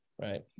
Right